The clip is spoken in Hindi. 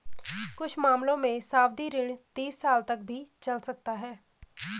कुछ मामलों में सावधि ऋण तीस साल तक भी चल सकता है